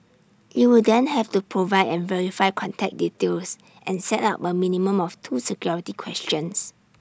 you will then have to provide and verify contact details and set up A minimum of two security questions